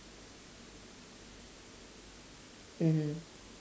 mmhmm